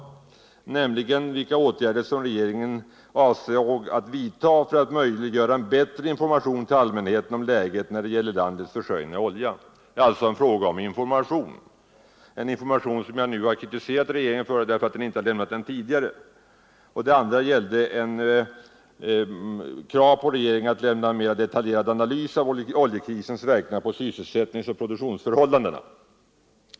Han frågade vilka åtgärder regeringen avser att vidta för att möjliggöra en bättre information till allmänheten om läget när det gäller landets försörjning av olja. Jag har redan kritiserat regeringen för att den inte lämnat sådan information tidigare. Herr Fälldin krävde också att regeringen skulle lämna en mer detaljerad analys av oljekrisens verkningar på sysselsättningsoch produktionsförhållandena.